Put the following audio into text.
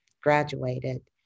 graduated